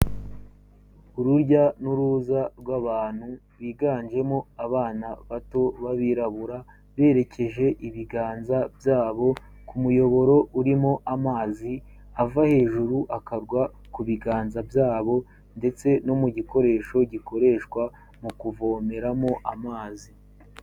Urujya n'uruza rw'abantu biganjemo abana bato b'abirabura berekeje ibiganza byabo ku muyoboro urimo amazi ava hejuru akagwa ku biganza byabo ndetse no mu gikoresho gikoreshwa mu kuvomeramo amazi.